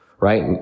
Right